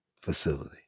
facility